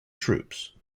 troops